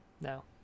No